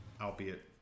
albeit